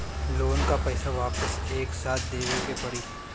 Loan का पईसा वापिस एक साथ देबेके पड़ी?